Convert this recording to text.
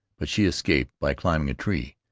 but she escaped by climbing a tree,